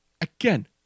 again